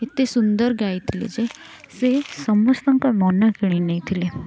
ଏତେ ସୁନ୍ଦର ଗାଇଥିଲେ ଯେ ସେ ସମସ୍ତଙ୍କ ମନ କିଣି ନେଇଥିଲେ